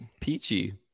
Peachy